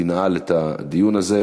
תנעל את הדיון הזה.